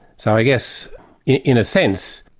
so i guess in in a sense,